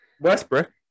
Westbrook